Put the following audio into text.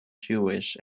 jewish